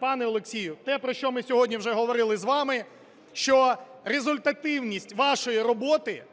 пане Олексію, те, про що ми сьогодні вже говорили з вами, що результативність вашої роботи